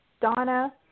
Donna